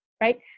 right